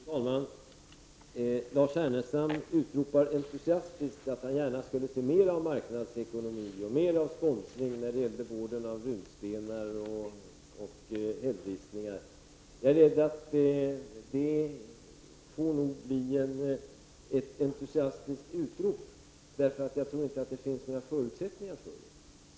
Fru talman! Lars Ernestam utropar entusiastiskt att han gärna skulle se mer av marknadsekonomi och mer av sponsring när det gäller vården av runstenar och hällristningar. Jag är rädd att det får bli ett entusiastiskt utrop, för jag tror inte att det finns några förutsättningar för det.